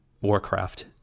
Warcraft